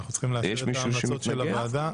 אנחנו צריכים להקריא את ההמלצות של הוועדה.